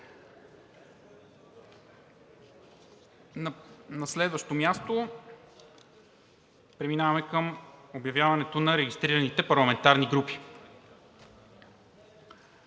На следващо място, преминаваме към обявяването на регистрираните парламентарни групи.